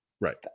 Right